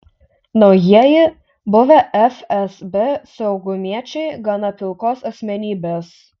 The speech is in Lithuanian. naujieji buvę fsb saugumiečiai gana pilkos asmenybės